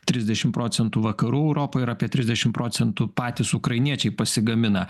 trisdešim procentų vakarų europai ir apie trisdešim procentų patys ukrainiečiai pasigamina